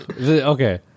Okay